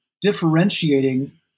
differentiating